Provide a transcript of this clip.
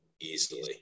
easily